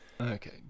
Okay